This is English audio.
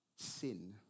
Sin